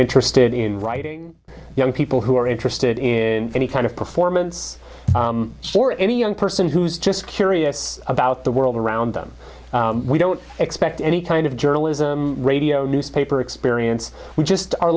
interested in writing young people who are interested in any kind of performance for any young person who's just curious about the world around them we don't expect any kind of journalism radio newspaper experience we just are